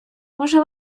може